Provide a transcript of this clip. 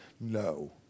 no